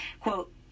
Quote